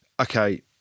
Okay